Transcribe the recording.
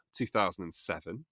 2007